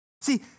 See